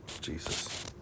Jesus